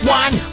one